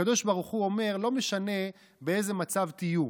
הקדוש ברוך הוא אומר: לא משנה באיזה מצב תהיו,